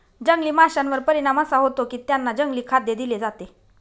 जंगली माशांवर परिणाम असा होतो की त्यांना जंगली खाद्य दिले जाते